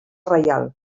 reial